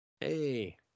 hey